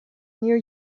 near